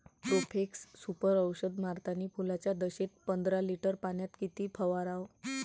Profex Super औषध मारतानी फुलाच्या दशेत पंदरा लिटर पाण्यात किती फवाराव?